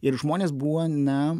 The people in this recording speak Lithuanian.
ir žmonės buvo na